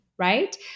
right